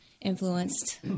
influenced